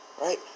Right